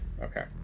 Okay